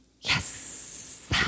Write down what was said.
Yes